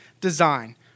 design